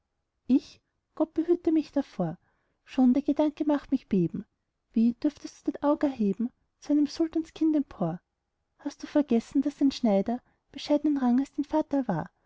ich gott behüte mich davor schon der gedanke macht mich beben wie dürftest du dein aug erheben zu einem sultanskind empor hast du vergessen daß ein schneider bescheidnen rangs dein vater war